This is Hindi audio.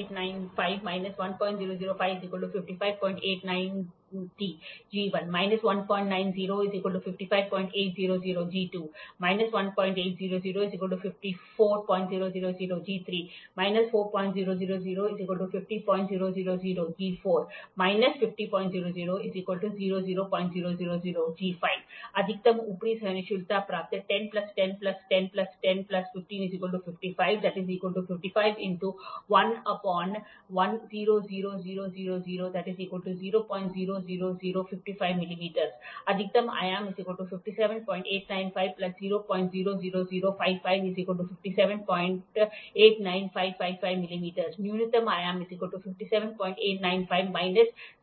M45 57895 1005 G1 55890 1090 G2 55800 1800 G3 54000 4000 G4 50000 50000 G5 00000 अधिकतम ऊपरी सहिष्णुता प्राप्य 10 10 10 10 15 55 55 000055mm अधिकतम आयाम 57895 000055 5789555 मिमी न्यूनतम आयाम 57895